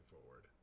forward